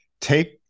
take